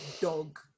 dog